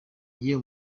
iyo